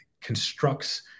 constructs